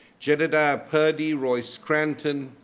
jedediah purdy, roy scranton,